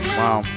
wow